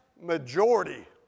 majority